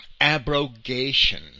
abrogation